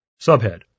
Subhead